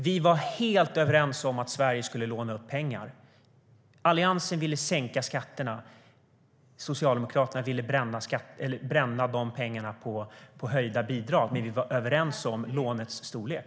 Vi var helt överens om att Sverige skulle låna upp pengar. Alliansen ville sänka skatterna. Socialdemokraterna ville bränna de pengarna på höjda bidrag när vi var överens om lånets storlek.